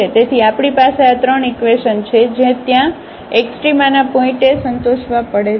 તેથી આપણી પાસે આ ત્રણ ઇકવેશન છે જે ત્યાં એક્સ્ટ્રામાના પોઇન્ટએ સંતોષવા પડે છે